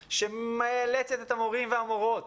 תהליך ומאלצת את המורים והמורות